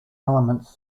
elements